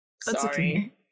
Sorry